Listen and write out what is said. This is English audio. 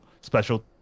special